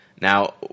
Now